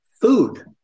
food